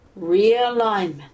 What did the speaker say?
realignment